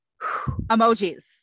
Emojis